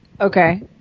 Okay